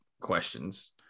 questions